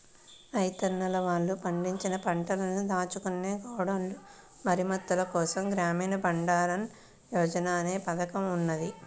రైతన్నలు వాళ్ళు పండించిన పంటను దాచుకునే గోడౌన్ల మరమ్మత్తుల కోసం గ్రామీణ బండారన్ యోజన అనే పథకం ఉన్నది